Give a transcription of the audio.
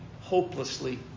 hopelessly